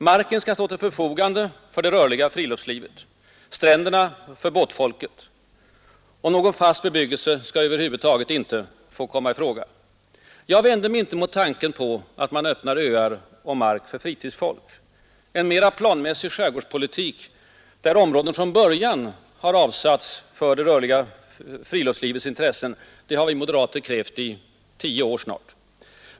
Marken skall stå till förfogande för det rörliga friluftslivet, stränderna för båtfolket, och någon fast bebyggelse skall över huvud taget inte få komma i fråga. Jag vänder mig inte mot tanken på att man öppnar öar och mark för fritidsfolk. En mera planmässig skärgårdspolitik, där områden från börja har avsatts för det rörliga friluftslivets intressen, har vi moderater krävt snart i tio år.